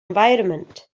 environment